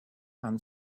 and